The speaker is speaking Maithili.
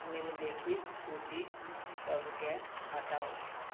निम्नलिखित सूचि सबके हटाउ